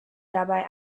dabei